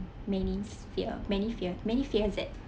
manys fear many fear many fears that